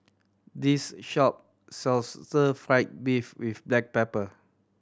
this shop sells Stir Fry beef with black pepper